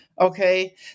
okay